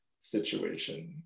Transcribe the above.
situation